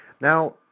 Now